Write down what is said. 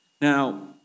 Now